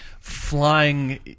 flying